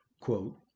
Quote